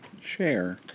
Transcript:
Share